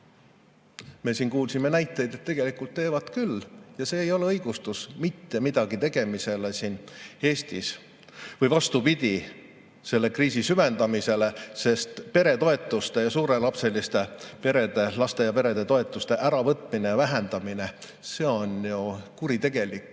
Me kuulsime näiteid, et tegelikult teevad küll. See ei ole õigustus mitte midagi tegemisele siin Eestis või vastupidi, selle kriisi süvendamisele, sest peretoetuste ja [palju]lapseliste perede laste- ja peretoetuste äravõtmine, vähendamine, see on ju kuritegelik.